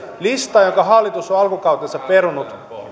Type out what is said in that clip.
lista jonka hallitus on alkukautena perunut